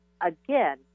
again